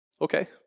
Okay